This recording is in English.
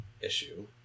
issue